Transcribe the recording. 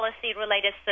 policy-related